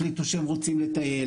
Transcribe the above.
החליטו שהם רוצים לטייל,